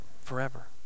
Forever